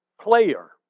player